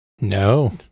No